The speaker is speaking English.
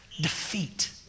defeat